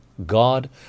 God